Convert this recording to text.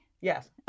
Yes